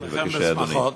בשמחות.